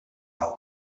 ous